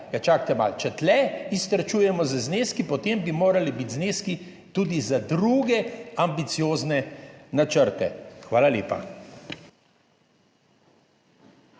čakajte malo, če tu iztrčujemo z zneski, potem bi morali biti zneski tudi za druge ambiciozne načrte. Hvala lepa.